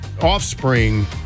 offspring